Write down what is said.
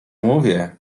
mówię